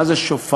מה זה שופר,